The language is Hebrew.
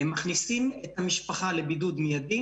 הם מכניסים את המשפחה לבידוד מיידי.